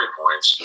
points